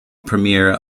premiere